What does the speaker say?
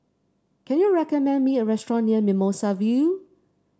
can you recommend me a restaurant near Mimosa View